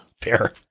Fair